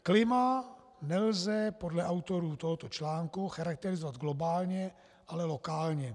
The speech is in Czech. Klima nelze podle autorů tohoto článku charakterizovat globálně, ale lokálně.